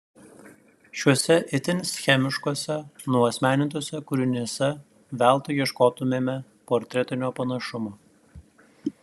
šiuose itin schemiškuose nuasmenintuose kūriniuose veltui ieškotumėme portretinio panašumo